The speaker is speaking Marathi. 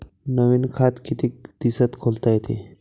नवीन खात कितीक दिसात खोलता येते?